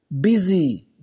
Busy